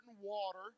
water